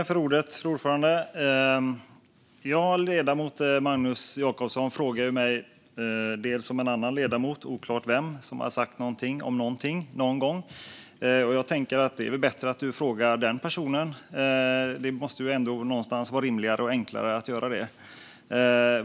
Fru talman! Ledamoten Magnus Jacobsson frågade mig om en annan ledamot, oklart vem, som har sagt något om någonting, någon gång. Jag tänker att det är bättre att fråga den personen. Det måste vara rimligare och enklare att göra det.